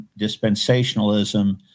dispensationalism